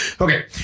Okay